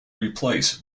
replace